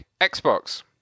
Xbox